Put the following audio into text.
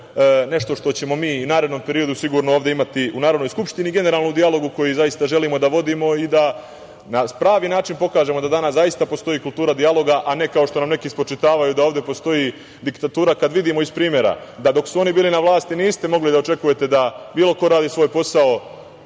nešto što ćemo mi i u narednom periodu sigurno ovde imati u Narodnoj skupštini i generalno u dijalogu koji zaista želimo da vodimo i da na pravi način pokažemo da danas zaista postoji kultura dijaloga, a ne, kao što nam neki spočitavaju, da ovde postoji diktatura, kad vidimo iz primera da dok su oni bili na vlasti niste mogli da očekujete da bilo ko radi svoj posao